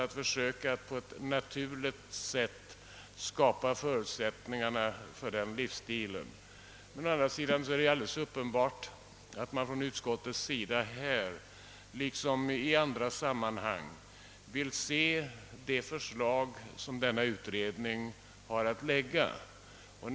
Det gäller att på ett naturligt sätt försöka skapa förutsättningar för en sådan livsstil. Å andra sidan är det alldeles uppenbart att man från utskottets sida liksom i andra sammanhang vill se de förslag som denna utredning har att lägga fram.